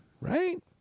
Right